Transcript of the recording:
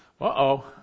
Uh-oh